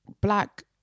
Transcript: black